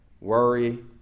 worry